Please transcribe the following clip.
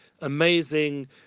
amazing